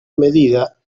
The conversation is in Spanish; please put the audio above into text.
medida